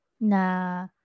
na